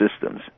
systems